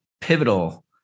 pivotal